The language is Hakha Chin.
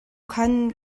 khan